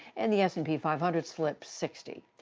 and the s and p five hundred slipped sixty.